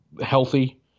healthy